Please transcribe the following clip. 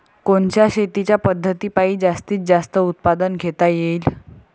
कोनच्या शेतीच्या पद्धतीपायी जास्तीत जास्त उत्पादन घेता येईल?